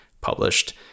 published